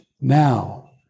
Now